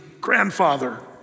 grandfather